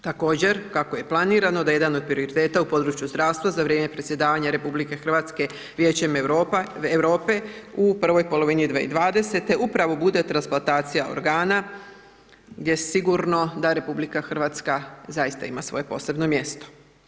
Također kako je planirano da jedan od prioriteta u području zdravstva za vrijeme predsjedavanja RH Vijećem Europe u prvoj polovini 2020. upravo bude transplatacija organa gdje je sigurno da RH zaista ima svoje posebno mjesto.